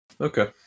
Okay